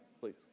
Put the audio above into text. please